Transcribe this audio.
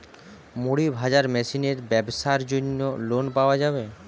মুড়ি ভাজা মেশিনের ব্যাবসার জন্য লোন পাওয়া যাবে?